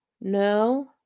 No